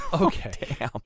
okay